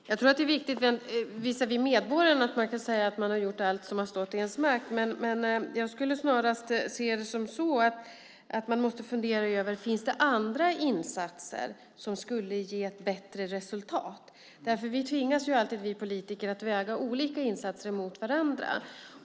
Herr talman! Jag tror att det är viktigt visavi medborgarna att man kan säga att man har gjort allt som har stått i ens makt, men jag tycker snarast att man måste fundera över om det finns andra insatser som skulle ge ett bättre resultat. Vi politiker tvingas ju alltid att väga olika insatser emot varandra.